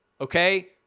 okay